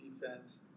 defense